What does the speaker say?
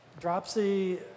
Dropsy